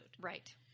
Right